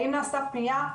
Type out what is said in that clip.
האם נעשתה פנייה,